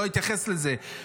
לא אתייחס לזה,